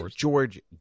George